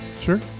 Sure